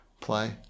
play